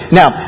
now